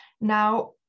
Now